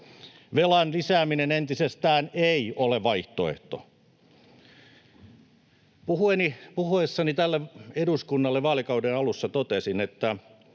Velan lisääminen entisestään ei ole vaihtoehto. Puhuessani tälle eduskunnalle vaalikauden alussa totesin, että